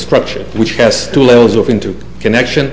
structure which has two levels of into connection